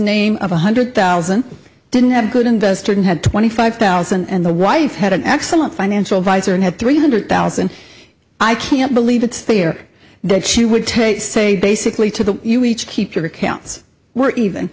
name of one hundred thousand didn't have good investor and had twenty five thousand and the wife had an excellent financial advisor and had three hundred thousand i can't believe it's fair that she would take say basically to the you each keep your accounts were even